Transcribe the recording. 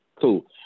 Cool